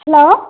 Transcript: hello